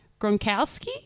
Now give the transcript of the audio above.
Gronkowski